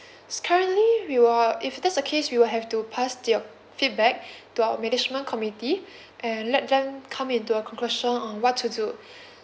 s~ currently we will if that's the case we will have to pass your feedback to our management committee and let them come into a conclusion on what to do